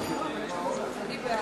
אני בעד.